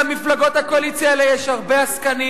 למפלגות הקואליציה האלה יש הרבה עסקנים